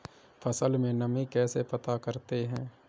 फसल में नमी कैसे पता करते हैं?